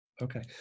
Okay